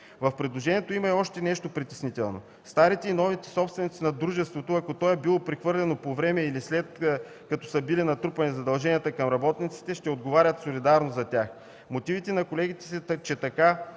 В предложението има още нещо, което е притеснително. Старите и новите собственици на дружеството, ако то е било прехвърлено по време или след като са натрупани задълженията към работниците, ще отговарят солидарно за тях. Мотивите на колегите са, че така